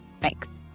Thanks